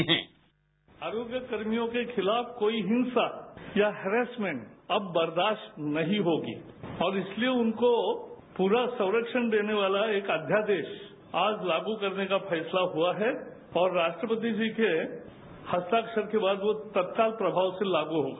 bite Prakash Javadekar आरोग्यकर्मियों के खिलाफ कोई हिंसा या हैरैस्मेन्ट अब बर्दास्त नहीं होगी और इसलिये उनको पूरा संरक्षण देने वाला एक अध्यादेश आज लागू करने का फैसला हुआ है और राष्ट्रपति जी के हस्ताक्षर के बाद वो तत्काल प्रभाव से लागू होगा